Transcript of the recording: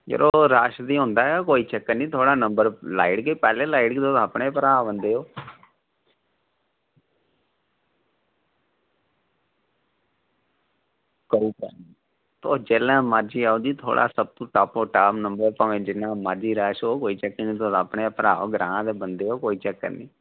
यरो रश ते होंदा गै ते थुआढ़ा नंबर लाई ओड़गे पैह्लें लाई ओड़गे तुस अपने भ्राऽ बंदे ओह् करी ओड़दा तुस जेल्लै मरजी आओ जी थुआढ़ा टॉप नंबर जेकर जिन्ना मरजी रश होऐ जी ते अपने गै भ्राऽ ओ ग्रांऽ दे बंदे ओ कोई चक्कर निं